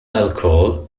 alcohol